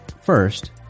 first